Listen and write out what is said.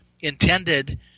intended